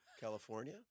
California